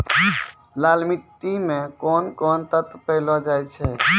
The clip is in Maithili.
लाल मिट्टी मे कोंन कोंन तत्व पैलो जाय छै?